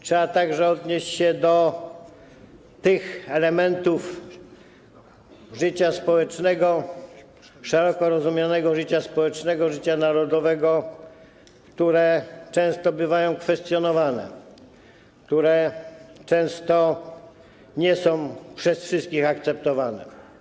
Trzeba także odnieść się do tych elementów życia społecznego, szeroko rozumianego życia społecznego, życia narodowego, które często bywają kwestionowane, które często nie są przez wszystkich akceptowane.